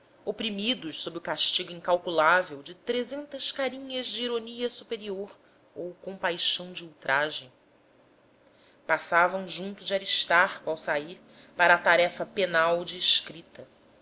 oprimidos sob o castigo incalculável de trezentas carinhas de ironia superior ou compaixão de ultraje passavam junto de aristarco ao sair para a tarefa penal de escrita